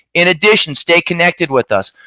in addition, stay connected with us.